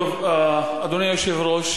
אדוני היושב-ראש,